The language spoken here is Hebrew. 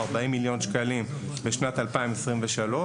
40 מיליון שקלים לשנת 2023,